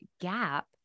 gap